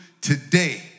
today